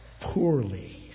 poorly